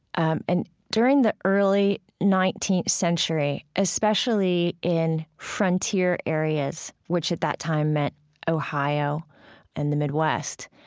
um and during the early nineteenth century, especially in frontier areas, which at that time meant ohio and the midwest,